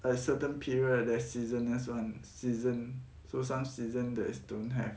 a certain period there's seasonal [one] season so some season that is don't have